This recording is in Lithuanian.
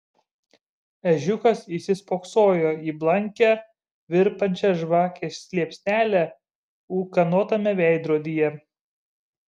ežiukas įsispoksojo į blankią virpančią žvakės liepsnelę ūkanotame veidrodyje